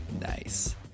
Nice